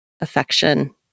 affection